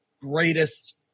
greatest